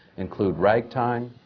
include ragtime,